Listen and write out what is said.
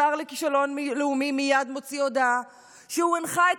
השר לכישלון לאומי מייד מוציא הודעה שהוא הנחה את